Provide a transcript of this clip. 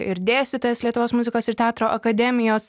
ir dėstytojas lietuvos muzikos ir teatro akademijos